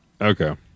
Okay